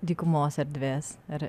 dykumos erdvės ir